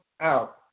out